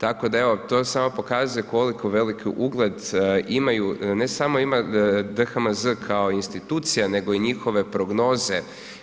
Tako da evo, to samo pokazuje koliko veliki ugled imaju, ne samo DHMZ kao institucija nego i njihove prognoze